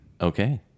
Okay